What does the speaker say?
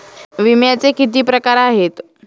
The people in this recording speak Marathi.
विम्याचे किती प्रकार आहेत?